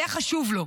היה חשוב לו.